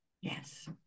Yes